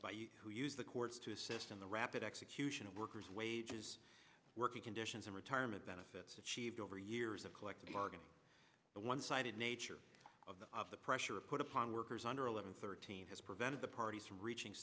who use the courts to assist in the rapid execution of workers wages working conditions and retirement benefits achieved over years of collective bargaining the one sided nature of the of the pressure put upon workers under eleven thirteen has prevented the parties from reaching